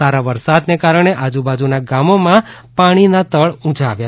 સારા વરસાદને કારણે આજુબાજુના ગામોના પાણીના તળ ઉંચા આવ્યા છે